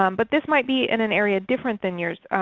um but this might be in an area different than yours.